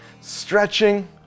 stretching